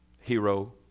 hero